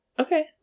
Okay